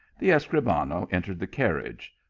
the escribano entered the carriage,